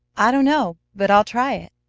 i don't know but i'll try it.